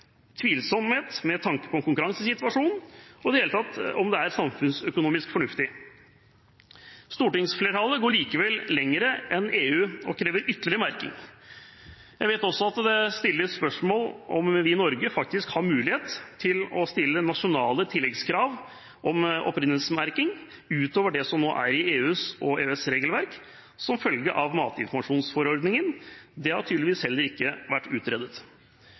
med hensyn til konkurransesituasjonen om det i det hele tatt er samfunnsøkonomisk fornuftig Stortingsflertallet går likevel lenger enn EU og krever ytterligere merking. Jeg vet også at det stilles spørsmål om vi i Norge faktisk har mulighet til å stille nasjonale tilleggskrav om opprinnelsesmerking utover det som nå er i EUs og EØS´ regelverk som følge av matinformasjonsforordningen. Det har tydeligvis heller ikke vært utredet.